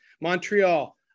montreal